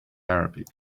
arabic